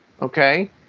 okay